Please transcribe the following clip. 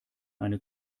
eine